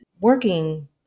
working